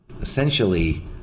Essentially